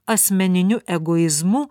asmeniniu egoizmu